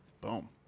Boom